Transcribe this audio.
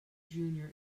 junior